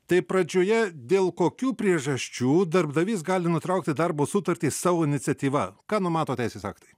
tai pradžioje dėl kokių priežasčių darbdavys gali nutraukti darbo sutartį savo iniciatyva ką numato teisės aktai